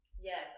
Yes